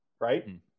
right